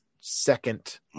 second